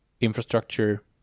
infrastructure